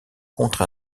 contre